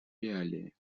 реалии